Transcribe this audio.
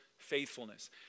faithfulness